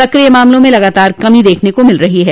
सक्रिय मामलों में लगातार कमी देखने को मिल रही है